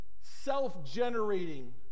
self-generating